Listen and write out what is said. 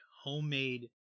homemade